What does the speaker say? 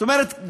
זאת אומרת,